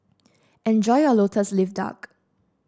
enjoy your lotus leaf duck